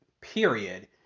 period